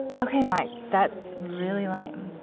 okay, mike. that's really lame.